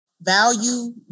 value